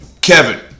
Kevin